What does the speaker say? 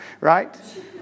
right